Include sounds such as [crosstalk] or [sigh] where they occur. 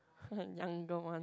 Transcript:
[laughs] younger one